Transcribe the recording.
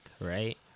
right